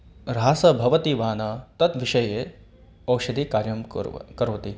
ह्रासः भवति वा न तत् विषये ओषधिकार्यं कुर्व करोति